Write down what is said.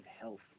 health